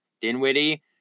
Dinwiddie